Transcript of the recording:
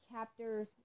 chapters